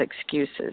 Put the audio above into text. excuses